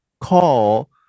call